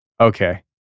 okay